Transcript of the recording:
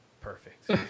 Perfect